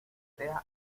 sea